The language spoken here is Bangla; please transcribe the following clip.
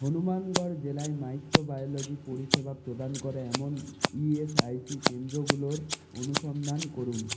হনুমানগড় জেলায় মাইক্রোবায়োলজি পরিষেবা প্রদান করে এমন ইএসআইসি কেন্দ্রগুলোর অনুসন্ধান করুন